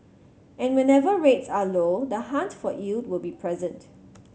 and whenever rates are low the hunt for yield will be present